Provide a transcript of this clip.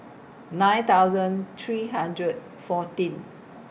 nine thousand three hundred fourteen